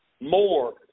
More